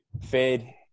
Fade